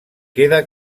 queda